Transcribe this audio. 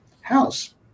house